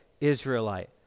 Israelite